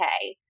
okay